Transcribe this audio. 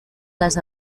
les